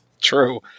true